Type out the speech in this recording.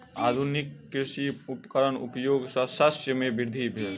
आधुनिक कृषि उपकरणक उपयोग सॅ शस्य मे वृद्धि भेल